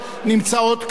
ביציע האורחים,